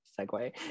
segue